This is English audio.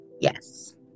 Yes